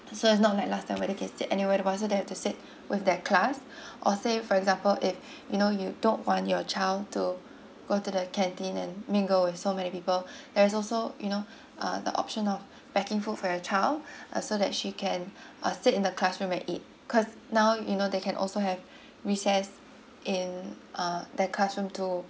so it's not like last time where they can sit anywhere it wasn't that to sit with that class or say for example if you know you don't want your child to go to the canteen and mingle with so many people there's also you know uh the option of packing full for your child uh so that she can uh sit in the classroom and eat cause now you know they can also have recess in uh uh the classroom too